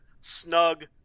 snug